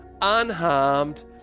unharmed